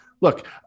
look